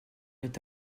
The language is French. est